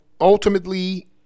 ultimately